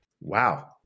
Wow